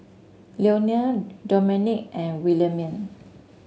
Lionel Domenick and Williemae